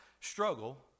struggle